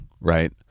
right